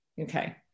Okay